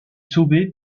sauvée